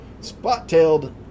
Spot-tailed